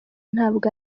ntabwo